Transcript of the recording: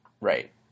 Right